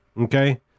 Okay